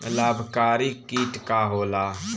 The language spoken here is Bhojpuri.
लाभकारी कीट का होला?